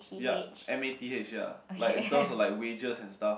ya m_a_t_h ya like in terms of wedges and stuffs